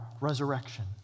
resurrection